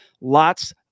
Lots